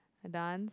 I dance